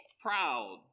proud